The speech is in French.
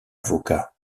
avocat